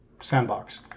sandbox